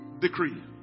Decree